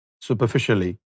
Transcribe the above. superficially